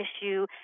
issue